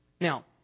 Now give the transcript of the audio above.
Now